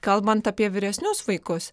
kalbant apie vyresnius vaikus